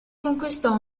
conquistò